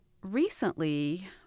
recently